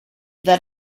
that